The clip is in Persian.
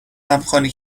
همخوانی